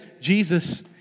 Jesus